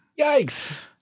yikes